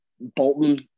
Bolton